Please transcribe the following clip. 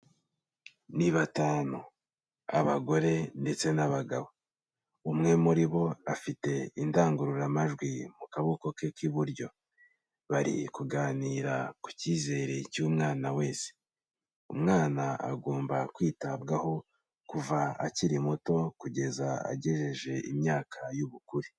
Ni batanu, abagore ndetse n'abagabo, umwe muri bo afite indangururamajwi mu kaboko ke k'iburyo, bari kuganira ku cyizere cy'umwana wese, umwana agomba kwitabwaho kuva akiri muto kugeza agejeje imyaka y'ubukure.